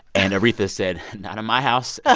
and aretha said, not in my house ah